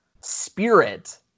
spirit